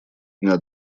дня